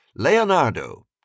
Leonardo